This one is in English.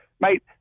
mate